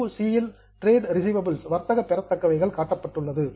2 இல் trade receivables வர்த்தக பெறத்தக்கவைகள் காட்டப்பட்டுள்ளது